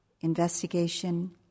investigation